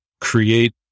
create